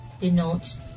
denotes